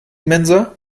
mensa